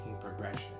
progression